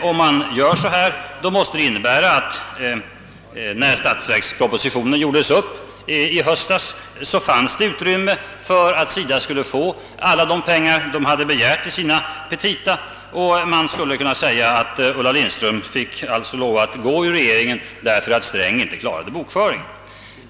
Går det att göra så då måste det innebära att det när statsverkspropositionen gjordes upp i höstas fanns utrymme för att ge SIDA alla de pengar som begärdes i SIDA:s petita, och Ulla Lindström har alltså fått lämna regeringen därför att herr Sträng inte klarade bok: föringen.